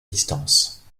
distance